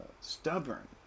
stubborn